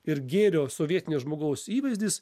ir gėrio sovietinio žmogaus įvaizdis